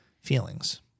feelings